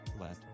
Let